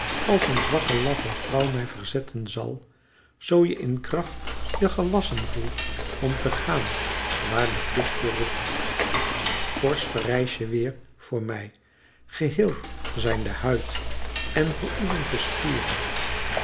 als een zwakke laffe vrouw mij verzetten zal zoo je in kracht je gewassen voelt om te gaan waar de plicht je roept forsch verrijs je weêr voor mij geheeld zijn de huid en geoefend de spieren